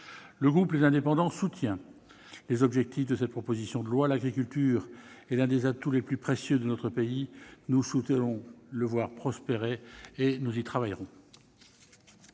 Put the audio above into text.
Le groupe Les Indépendants soutient les objectifs de cette proposition de loi. L'agriculture est l'un des atouts les plus précieux de notre pays ; nous souhaitons le voir prospérer et nous y travaillerons.